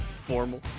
Formal